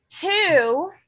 two